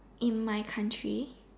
in my country